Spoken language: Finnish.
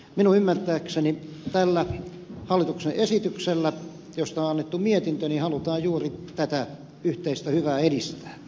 minun ymmärtääkseni tällä hallituksen esityksellä josta on annettu mietintö halutaan juuri tätä yhteistä hyvää edistää